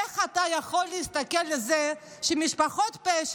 איך אתה יכול להסתכל על זה שמשפחות פשע